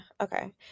Okay